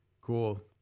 Cool